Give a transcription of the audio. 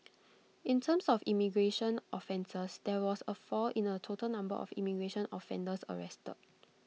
in terms of immigration offences there was A fall in the total number of immigration offenders arrested